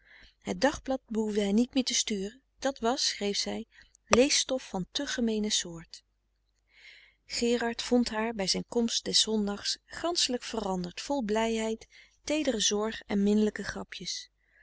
het dagblad behoefde hij niet meer te sturen dat was schreef zij lees stof van te gemeene soort gerard vond haar bij zijn komst des zondags ganschelijk veranderd vol blijheid teedere zorg en minlijke grapjes